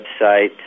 website